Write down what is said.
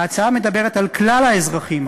ההצעה מדברת על כלל האזרחים,